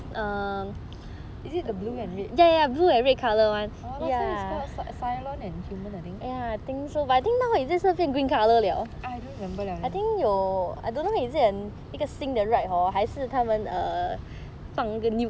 is is it the blue and red last time it's called cyclone and human I think I don't remember liao leh